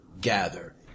Gather